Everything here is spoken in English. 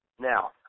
Now